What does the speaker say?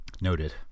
Noted